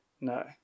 No